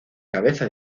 cabeza